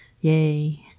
Yay